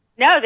No